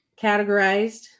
categorized